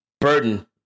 burden